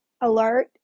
alert